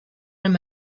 him